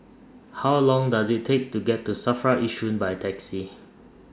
How Long Does IT Take to get to SAFRA Yishun By Taxi